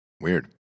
Weird